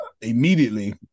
immediately